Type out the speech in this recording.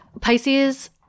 Pisces